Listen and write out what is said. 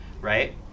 Right